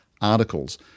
articles